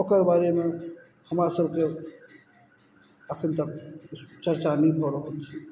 ओकर बारेमे हमरा सबके एखन तक किछु चर्चा नहि कऽ रहल छै